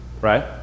Right